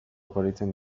oparitzen